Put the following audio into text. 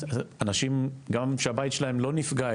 גם שהבית שלהם לא נפגע,